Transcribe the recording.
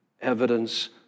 evidence